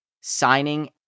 signing